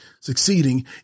succeeding